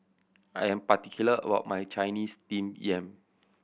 I am particular about my Chinese Steamed Yam